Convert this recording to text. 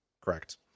correct